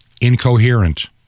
Incoherent